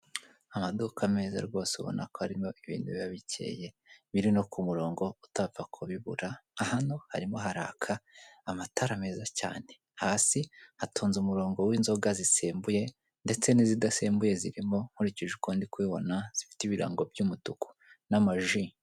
Amaduka meza rwose ubona ko arimo ibintu biba bikeye, biri no ku murongo utapfa kubibura, nka hano harimo haraka amatara meza cyane, hasi hatonze umurongo w'inzoga zisembuye ndetse n'izidasembuye zirimo nkurikije uko ndi kubibona, zifite ibirango by'umutuku n'amaji.